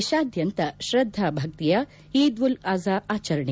ದೇಶಾದ್ಯಂತ ಶ್ರದ್ದಾ ಭಕ್ತಿಯ ಈದ್ ಉಲ್ ಆಝಾ ಆಚರಣೆ